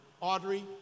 Audrey